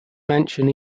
mansion